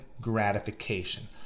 gratification